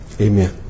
Amen